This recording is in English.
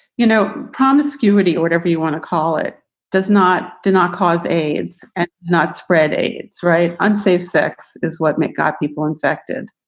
you know, promiscuity or whatever you want to call it does not do not cause aids and not spread aids. right. unsafe sex is what got people infected.